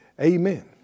amen